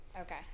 Okay